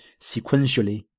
sequentially